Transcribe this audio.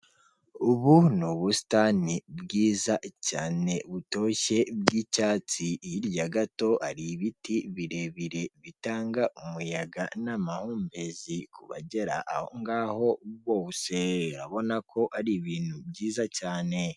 Ubu ni ubusitani bwiza cyane butoshye bw'icyatsi, hirya gato hari ibiti birebire bitanga umuyaga n'amahumbezi ku bagera aho ngaho bose, urabona ko ari ibintu byiza cyane.